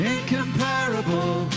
Incomparable